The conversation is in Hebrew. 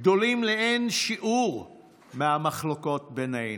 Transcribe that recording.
גדולים לאין שיעור מהמחלוקות בינינו,